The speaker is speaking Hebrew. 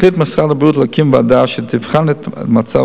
החליט שר הבריאות להקים ועדה שתבחן את מצב